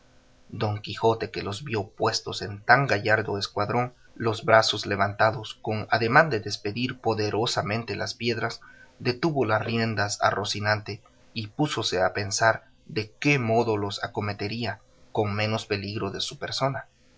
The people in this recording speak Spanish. don quijote que los vio puestos en tan gallardo escuadrón los brazos levantados con ademán de despedir poderosamente las piedras detuvo las riendas a rocinante y púsose a pensar de qué modo los acometería con menos peligro de su persona